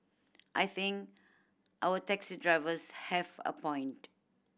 I think our taxi drivers have a point